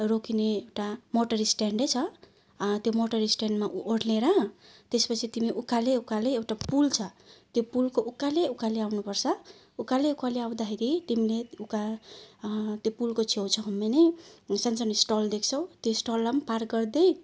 रोकिने एउटा मोटर स्टेन्डै छ त्यो मोटर स्टेन्डमा ओर्लिएर त्यसपछि तिमी उकालो उकालो एउटा पुल छ पुलको उकालै उकालो आउनुपर्छ उकालै उकालो आउँदाखेरि तिमीले उका त्यो पुलको छेउछाउमा नै सानो सानो स्टल देख्छौँ त्यो स्टललाई पनि पार गर्दै